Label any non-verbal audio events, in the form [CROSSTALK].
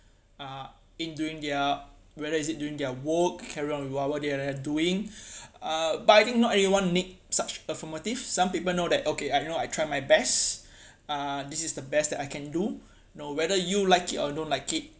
uh in doing their whether is it doing their work carry on with whatever they are they are doing [BREATH] uh but I think not everyone need such affirmative some people know that okay I know I tried my best [BREATH] uh this is the best that I can do [BREATH] no whether matter you like it or don't like it